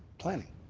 planning.